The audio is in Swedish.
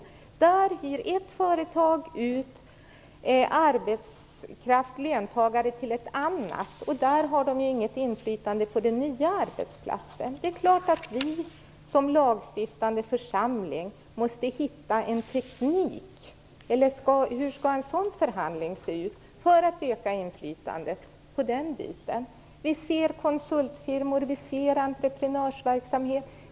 Där hyr ett företag ut löntagare till ett annat, och de har inget inflytande på den nya arbetsplatsen. Det är klart att vi som lagstiftande församling måste hitta en teknik för öka inflytandet här. Hur skall en sådan förhandling se ut? Det finns också konsultfirmor och entreprenörsverksamhet.